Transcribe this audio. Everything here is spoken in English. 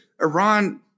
Iran